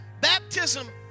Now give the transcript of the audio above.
baptism